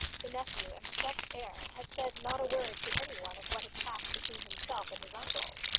the nephew and professed heir had said not a word to any one of what had passed between himself and his uncle.